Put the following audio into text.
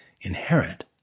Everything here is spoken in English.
inherent